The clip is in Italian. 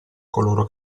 coloro